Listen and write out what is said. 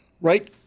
right